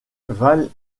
valle